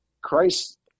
Christ